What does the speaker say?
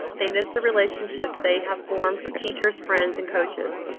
they miss the relationships they have formed with teachers, friends and coaches.